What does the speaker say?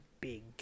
big